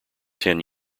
ten